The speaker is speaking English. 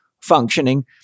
functioning